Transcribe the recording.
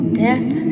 death